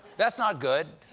that's not good.